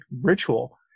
ritual